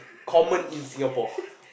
common in Singapore